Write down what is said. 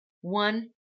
One